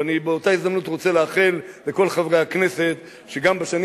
ואני באותה הזדמנות רוצה לאחל לכל חברי הכנסת שגם בשנים